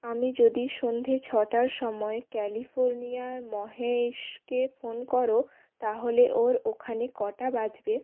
আমি যদি সন্ধে ছটার সময় ক্যালিফোর্নিয়ার মহেশকে ফোন করো তাহলে ওর ওখানে কটা বাজবে